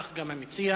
וכך גם המציע.